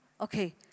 Okay